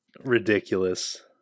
ridiculous